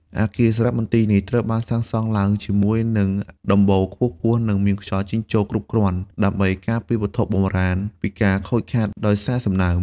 អគារសារមន្ទីរនេះត្រូវបានសាងសង់ឡើងជាមួយនឹងដំបូលខ្ពស់ៗ និងមានខ្យល់ចេញចូលគ្រប់គ្រាន់ ដើម្បីការពារវត្ថុបុរាណពីការខូចខាតដោយសារសំណើម។